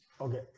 Okay